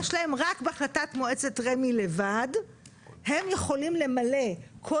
רק בהחלטת מועצת רמ"י לבד הם יכולים למלא כל